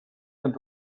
und